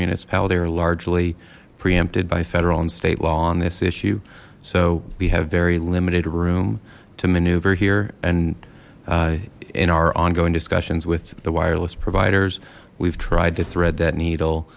municipality are largely preempted by federal and state law on this issue so we have very limited room to maneuver here and in our ongoing discussions with the wireless providers we've tried to thread that needle